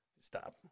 Stop